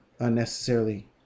unnecessarily